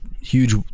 huge